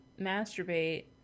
masturbate